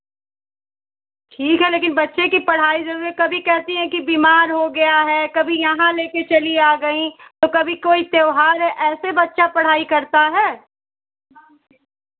ठीक है लेकिन बच्चे की पढ़ाई ज़रूरी है कभी केहती हैं कि बीमार हो गया है कभी यहाँ लेकर चली आ गई तो कभी कोई त्यौहार है ऐसे बच्चा पढ़ाई करता है